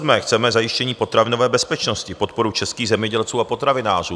Chceme zajištění potravinové bezpečnosti, podporu českých zemědělců a potravinářů.